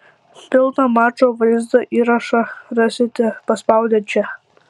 pilną mačo vaizdo įrašą rasite paspaudę čia